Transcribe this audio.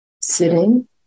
sitting